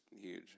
huge